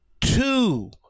two